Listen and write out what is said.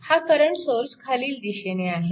हा current source खालील दिशेने आहे